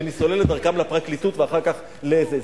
כשאני סולל את דרכם לפרקליטות ואחר כך לאיזה,